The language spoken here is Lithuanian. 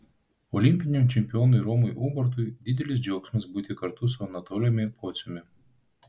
olimpiniam čempionui romui ubartui didelis džiaugsmas būti kartu su anatolijumi pociumi